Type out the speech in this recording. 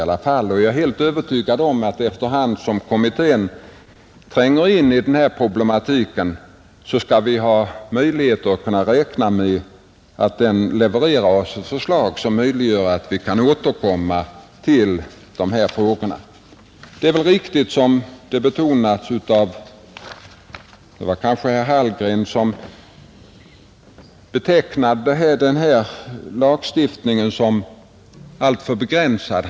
Jag är helt övertygad om att vi efter hand som kommittén tränger in i denna problematik skall kunna räkna med att den levererar ett förslag som gör det möjligt för oss att återkomma i dessa frågor. Jag tror att det var herr Hallgren som betecknade denna lagstiftning som alltför begränsad.